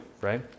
right